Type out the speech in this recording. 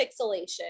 pixelation